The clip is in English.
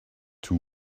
two